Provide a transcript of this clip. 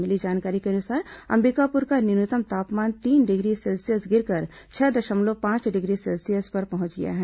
मिली जानकारी के अनुसार अंबिकापुर का न्यूनतम तापमान तीन डिग्री सेल्सियस गिरकर छह दशमलव पांच डिग्री सेल्सियस पर पहंच गया है